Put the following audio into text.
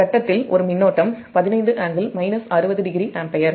கட்டத்தில் ஒரு மின்னோட்டம் 15∟ 60oஆம்பியர் கட்டம் b இல் 10 ∟30o ஆம்பியர்